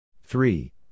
Three